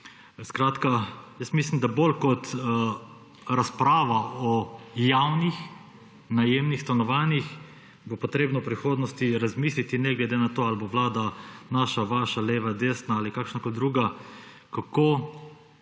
Skratka mislim, da bolj kot razprava o javnih najemnih stanovanjih bo potrebno v prihodnosti razmisliti, ne glede na to, ali bo vlada naša, vaša, leva, desna ali kakršnakoli druga, kako